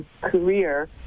career